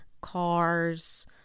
cars